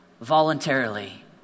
voluntarily